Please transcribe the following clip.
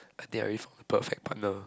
I think I wait for a perfect partner